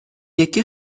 یکی